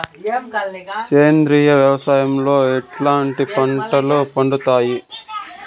సేంద్రియ వ్యవసాయం లో ఎట్లాంటి పంటలు పండుతాయి